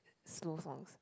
slow songs